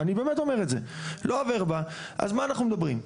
אני באמת אומר את זה, אז מה אנחנו מדברים?